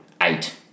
Eight